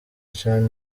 chan